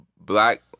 black